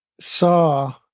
saw